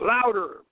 Louder